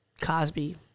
Cosby